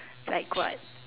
like what